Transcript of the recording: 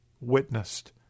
witnessed